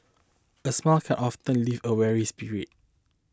a smile can often lift a weary spirit